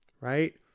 right